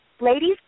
ladies